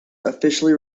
officially